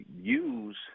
use